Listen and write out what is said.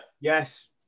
yes